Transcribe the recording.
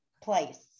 Place